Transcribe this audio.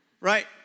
Right